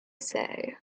say